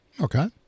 Okay